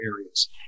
areas